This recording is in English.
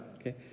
okay